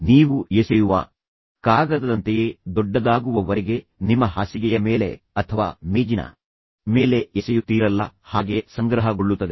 ನೀವು ಎಸೆಯುವ ಕಾಗದದಂತೆಯೇ ದೊಡ್ಡದಾಗುವವರೆಗೆ ನಿಮ್ಮ ಹಾಸಿಗೆಯ ಮೇಲೆ ಅಥವಾ ಮೇಜಿನ ಮೇಲೆ ಎಸೆಯುತ್ತೀರಲ್ಲ ಹಾಗೆ ಸಂಗ್ರಹಗೊಳ್ಳುತ್ತದೆ